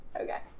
Okay